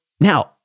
Now